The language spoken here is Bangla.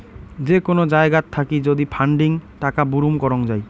যে কোন জায়গাত থাকি যদি ফান্ডিং টাকা বুরুম করং যাই